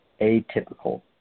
Atypical